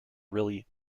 really